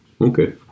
Okay